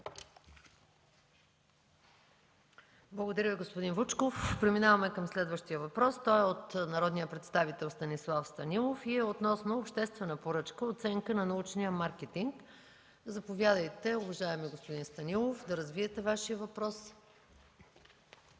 Благодаря Ви, господин Вучков. Преминаваме към следващия въпрос от народния представител Станислав Станилов относно обществена поръчка „Оценка на научния маркетинг в страната”. Заповядайте, уважаеми господин Станилов, да развиете Вашия въпрос.